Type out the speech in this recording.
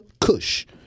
Kush